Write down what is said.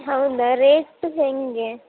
ಹೌದಾ ರೇಟ್ ಹೇಗೆ